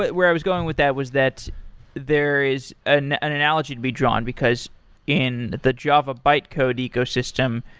but where i was going with that was that there is an an analogy to be drawn, because in the java bytecode ecosystem,